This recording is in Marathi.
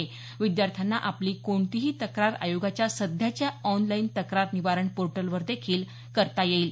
तसंच विद्यार्थ्यांना आपली कोणतीही तक्रार आयोगाच्या सध्याच्या ऑनलाईन तक्रार निवारण पोर्टल वर देखील करता येईल